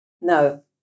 No